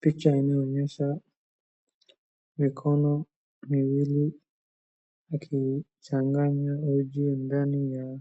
Picha inayoonyesha mikono miwili ikichanganya uji ndani ya